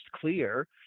clear